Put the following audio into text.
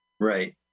Right